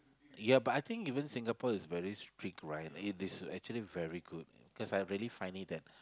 ya but I think even Singapore is very strict right it it is actually very good because I really find it that